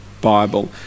Bible